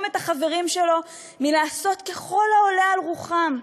את החברים שלו מלעשות ככל העולה על רוחם,